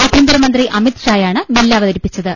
ആഭ്യന്തര മന്ത്രി അമിത്ഷായാണ് ബില്ല് അവതരിപ്പിച്ചത്